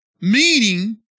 meaning